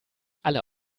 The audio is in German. alle